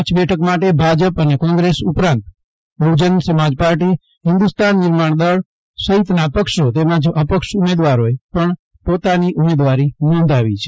કચ્છ બેઠક માટે ભાજપ અને કોગ્રેસ ઉપરાંત બહુજન સમાજ પાર્ટી હિન્દુસ્તાન નિર્માણ દળ સહીતના પક્ષો તેમજ અપક્ષ ઉમેદવારોએ પણ પોતાની ઉમેદવારી નોંધાવી છે